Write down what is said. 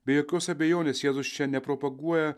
be jokios abejonės jėzus čia nepropaguoja